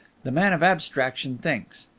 the man of abstraction thinks.